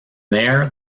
there